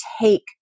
take